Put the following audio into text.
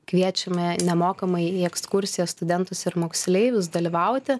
kviečiame nemokamai į ekskursijas studentus ir moksleivius dalyvauti